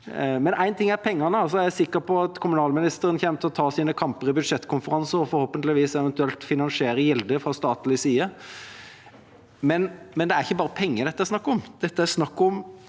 men pengene er én ting. Jeg er sikker på at kommunalministeren kommer til å ta sine kamper i budsjettkonferanser og forhåpentligvis eventuelt finansiere gildet fra statlig side, men det er ikke bare penger det er snakk om.